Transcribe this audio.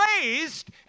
raised